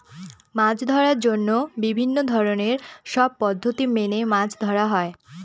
মাছ ধরার জন্য বিভিন্ন ধরনের সব পদ্ধতি মেনে মাছ ধরা হয়